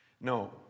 No